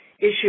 issue